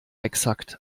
exakt